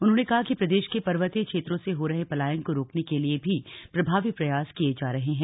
उन्होंने कहा कि प्रदेश के पर्वतीय क्षेत्रों से हो रहे पलायन को रोकने के लिये भी प्रभावी प्रयास किये जा रहे हैं